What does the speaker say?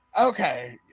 Okay